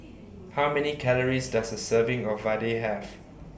How Many Calories Does A Serving of Vadai Have